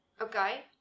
Okay